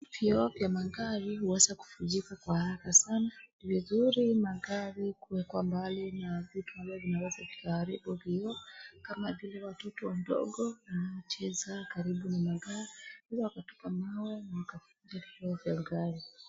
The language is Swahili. Vioo vya magari huweza kuvunjika kwa haraka sana. Ni vizuri magari kuwekwa mbali na vitu ambavyo vinaweza vikaharibu vioo, kama vile watoto wadogo wanaocheza karibu na magari, huwa wakatupa mawe na wakavunja vioo vya gari.